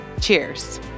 Cheers